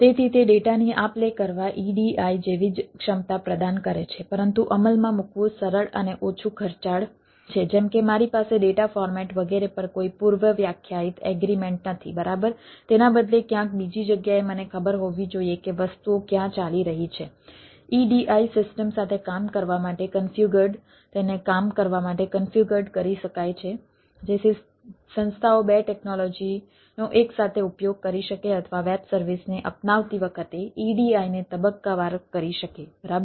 તેથી તે ડેટાની આપ લે કરવા EDI જેવી જ ક્ષમતા પ્રદાન કરે છે પરંતુ અમલમાં મૂકવું સરળ અને ઓછું ખર્ચાળ છે જેમ કે મારી પાસે ડેટા ફોર્મેટ વગેરે પર કોઈ પૂર્વવ્યાખ્યાયિત એગ્રીમેન્ટ થઈને કામ કરવા માટે કન્ફ્યુગર્ડ કરી શકાય છે જેથી સંસ્થાઓ બે ટેક્નોલોજીનો એકસાથે ઉપયોગ કરી શકે અથવા વેબ સર્વિસને અપનાવતી વખતે EDI ને તબક્કાવાર કરી શકે બરાબર